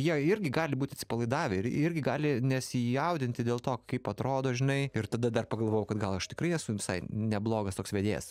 jie irgi gali būti atsipalaidavę ir irgi gali nesijaudinti dėl to kaip atrodo žinai ir tada dar pagalvojau kad gal aš tikrai esu visai neblogas toks vedėjas